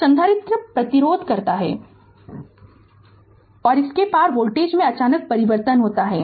संधारित्र प्रतिरोध करता है और इसके पार वोल्टेज में अचानक परिवर्तन होता है